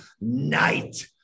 Night